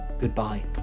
Goodbye